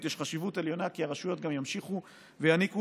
יש חשיבות עליונה שהרשויות גם ימשיכו ויעניקו